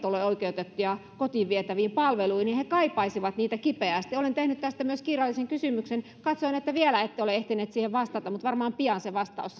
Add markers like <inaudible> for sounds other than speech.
<unintelligible> ole oikeutettuja kotiin vietäviin palveluihin he kaipaisivat niitä kipeästi olen tehnyt tästä myös kirjallisen kysymyksen katsoin että vielä ette ole ehtinyt siihen vastata mutta varmaan pian se vastaus <unintelligible>